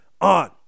On